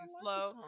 slow